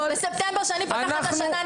בספטמבר שאני פותחת את השנה,